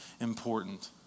important